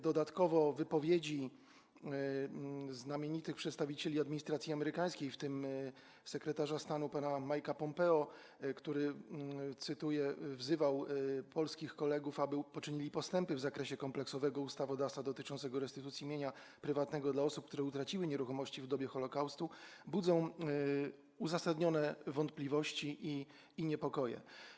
Dodatkowo wypowiedzi znamienitych przedstawicieli administracji amerykańskiej, w tym sekretarza stanu pana Mike’a Pompeo, który wzywał, cytuję, „polskich kolegów, aby poczynili postępy w zakresie kompleksowego ustawodawstwa dotyczącego restytucji mienia prywatnego dla osób, które utraciły nieruchomości w dobie Holokaustu”, budzą uzasadnioną niepewność i niepokoje.